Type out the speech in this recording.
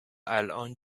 الان